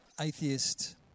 atheist